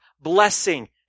blessing